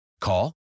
Call